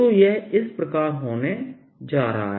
तो यह इस प्रकार का होने जा रहा है